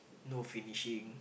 no finishing